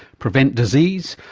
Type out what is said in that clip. prevent disease,